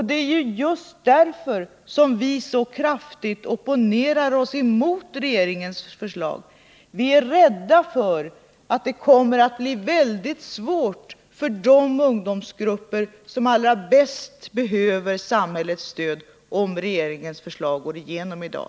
Det är just därför som vi så kraftigt har opponerat oss mot regeringens förslag. Vi är rädda för att det kommer att bli väldigt svårt för de ungdomsgrupper som allra bäst behöver samhällets stöd, om regeringens förslag går igenom i dag.